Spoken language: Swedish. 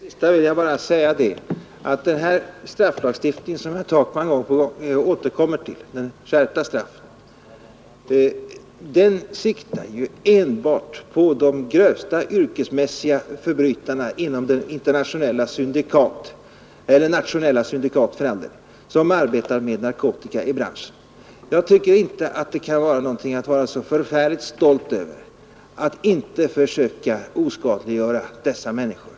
Herr talman! På det senaste vill jag bara svara, att den här skärpta strafflagstiftningen, som herr Takman gång på gång återkommer till, ju siktar enbart på de grövsta, yrkesmässiga förbrytarna inom de internationella syndikat — eller nationella, för all del — som arbetar i narkotikabranschen. Jag tycker inte att det kan vara någonting att vara så förfärligt stolt över att inte försöka oskadliggöra dessa människor.